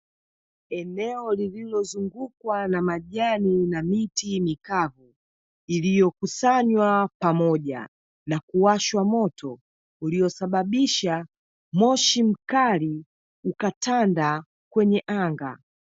Eneo lililozungukwa na majani na miti mikavu iliyokusanywa pamoja na kuwashwa moto, uliosababisha moshi mkali ukatanda kwenye anga.